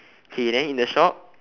okay then in the shop